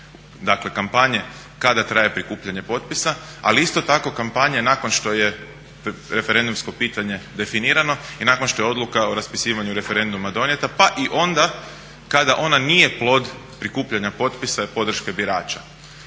Dakle, kampanje kada traje prikupljanje potpisa ali isto tako i kampanje nakon što je referendumsko pitanje definirano i nakon što je odluka o raspisivanju referenduma donijeta pa i onda kada ona nije plod prikupljanja potpisa i podrške birača.